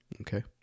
Okay